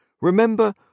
Remember